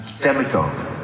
demagogue